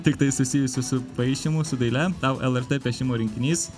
tiktai susijusių su paišymu su daile tau lrt piešimo rinkinys